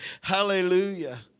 Hallelujah